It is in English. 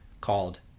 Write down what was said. called